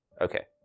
Okay